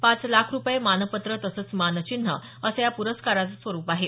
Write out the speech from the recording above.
पाच लाख रुपये मानपत्र तसंच मानचिन्ह असं पुरस्काराचं स्वरुप आहे